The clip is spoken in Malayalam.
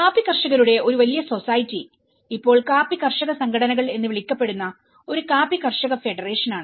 കാപ്പി കർഷകരുടെ ഒരു വലിയ സൊസൈറ്റി ഇപ്പോൾ കാപ്പി കർഷക സംഘടനകൾ എന്ന് വിളിക്കപ്പെടുന്ന ഒരു കാപ്പി കർഷക ഫെഡറേഷനാണ്